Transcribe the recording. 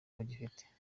babifitiye